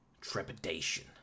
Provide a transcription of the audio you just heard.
trepidation